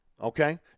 okay